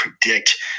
predict